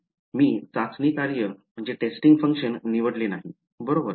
मी चाचणी कार्य निवडले नाही बरोबर